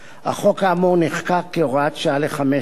החוק האמור נחקק כהוראת שעה לחמש שנים